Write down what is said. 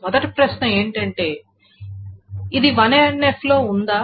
మొదటి ప్రశ్న ఏమిటంటే ఇది 1NF లో ఉందా